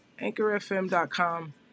anchorfm.com